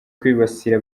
kwibasira